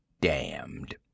damned